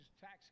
tax